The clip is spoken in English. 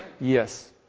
Yes